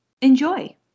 Enjoy